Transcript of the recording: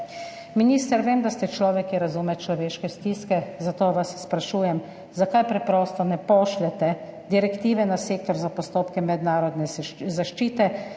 Minister, vem, da ste človek, ki razume človeške stiske, zato vas sprašujem: Zakaj preprosto ne pošljete direktive na Sektor za postopke mednarodne zaščite,